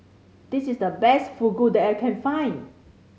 this is the best Fugu that I can find